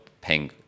paying